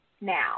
now